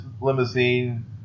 limousine